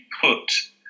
put